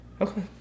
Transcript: okay